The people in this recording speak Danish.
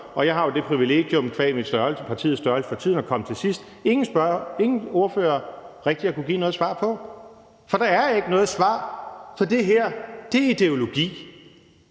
og jeg har jo det privilegium qua mit partis størrelse for tiden at komme til sidst – rigtig har kunnet give noget svar på. For der er ikke noget svar, for det her er ideologi.